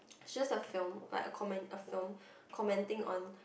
it's just a film like a commen~ a film commenting on